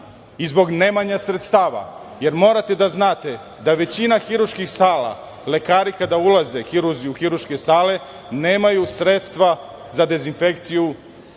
i zbog nemanja sredstava, jer morate da znate da većina hirurških sala, lekari kada ulaze, hirurzi u hirurške sale, nemaju sredstva za dezinfekciju